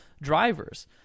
drivers